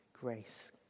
grace